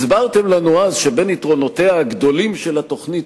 הסברתם לנו אז שבין יתרונותיה הגדולים של התוכנית